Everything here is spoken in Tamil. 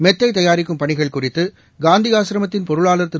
மெத்தைதயாரிக்கும் பணிகள் குறித்துகாந்திஆசிரமத்தின் பொருளாளா் திரு